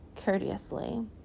courteously